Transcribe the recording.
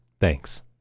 Thanks